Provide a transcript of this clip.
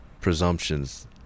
presumptions